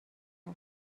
رفت